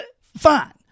Fine